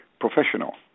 professional